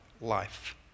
life